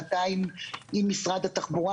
שנתיים עם משרד התחבורה,